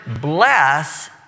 bless